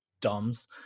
DOMS